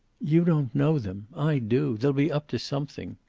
you don't know them. i do. they'll be up to something.